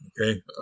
okay